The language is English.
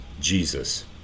Jesus